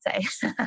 say